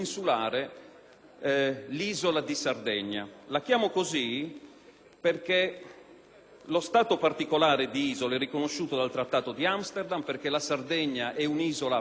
lo stato particolare di isola è riconosciuto dal Trattato di Amsterdam, perché la Sardegna è un'isola vera, circondata dal mare, molto distante dal continente italiano e dal resto dell'Europa